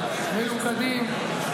מלוכדים,